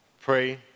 pray